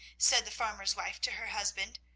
said the farmer's wife to her husband,